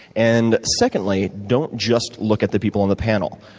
and secondly, don't just look at the people on the panel,